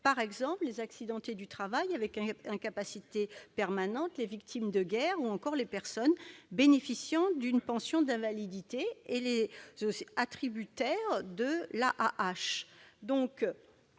par exemple, les accidentés du travail avec incapacité permanente, les victimes de guerre, les bénéficiaires d'une pension d'invalidité ou les attributaires de l'allocation